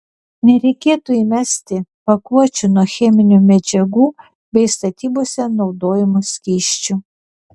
nereikėtų įmesti pakuočių nuo cheminių medžiagų bei statybose naudojamų skysčių